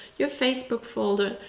your facebook folder,